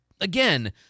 again